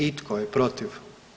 I tko je protiv?